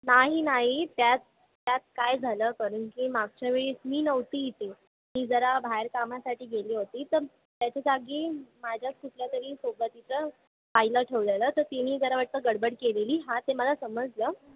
नाही नाही त्यात त्यात काय झालं कारण की मागच्या वेळेस मी नव्हते इथे मी जरा बाहेर कामासाठी गेले होते तर त्याच्या जागी माझ्याच कुठल्यातरी सोबतीचं बाईला ठेवलेलं तर तिने जरा वाटतं गडबड केलेली हां ते मला समजलं